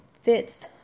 fits